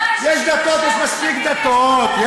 יש דתות, יש מספיק דתות.